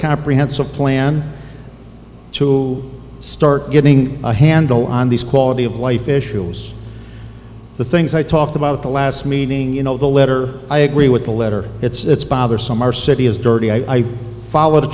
comprehensive plan to start getting a handle on these quality of life issues the things i talked about the last meeting you know the letter i agree with the letter it's bothersome our city is dirty i followed a